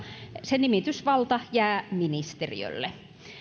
se nimitysvalta jää ministeriölle